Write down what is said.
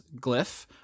glyph